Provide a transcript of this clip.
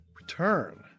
return